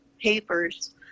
papers